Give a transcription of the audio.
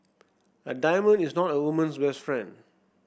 a diamond is not a woman's best friend